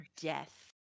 death